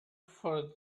for